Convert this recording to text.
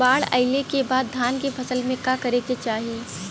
बाढ़ आइले के बाद धान के फसल में का करे के चाही?